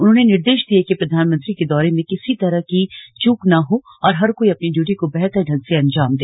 उन्होंने निर्देश दिए की प्रधानमंत्री के दौरे मे किसी तरह की चूक ना हो और हर कोई अपनी ड्यूटी को बेहतर ढंग से अंजाम दे